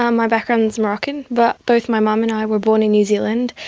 um my background is moroccan, but both my mum and i were born in new zealand,